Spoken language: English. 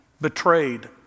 betrayed